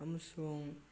ꯑꯃꯁꯨꯡ